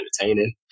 entertaining